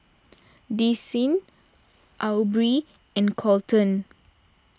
Desean Aubree and Colten